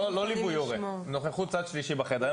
לא ליווי הורה, נוכחות צד שלישי בחדר.